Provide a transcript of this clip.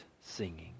singing